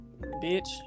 bitch